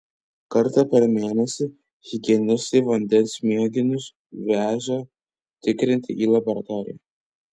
kartą per mėnesį higienistai vandens mėginius vežė tikrinti į laboratoriją